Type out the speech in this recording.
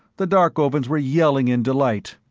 the darkovans were yelling in delight.